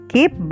Keep